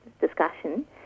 discussion